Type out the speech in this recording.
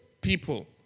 people